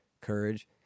courage